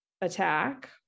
attack